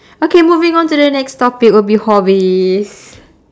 okay moving on to the next topic will be hobbies